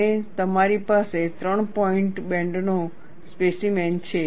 અને તમારી પાસે 3 પોઈન્ટ બેન્ડનો સ્પેસીમેન છે